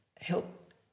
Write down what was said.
help